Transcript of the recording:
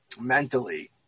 mentally